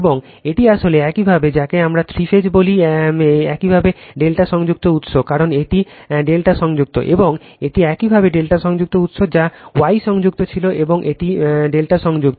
এবং এটি আসলে একইভাবে যাকে আমরা থ্রি ফেজ বলি একইভাবে ∆ সংযুক্ত উৎস কারণ এটি ∆ সংযুক্ত এবং এটি একইভাবে ∆ সংযুক্ত উৎস যা Y সংযুক্ত ছিল এবং এটি ∆ সংযুক্ত